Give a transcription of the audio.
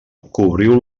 cobriu